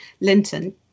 linton